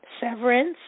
Severance